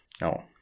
no